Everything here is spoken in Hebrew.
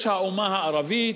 יש האומה הערבית,